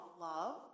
love